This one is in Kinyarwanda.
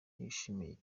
yishimiye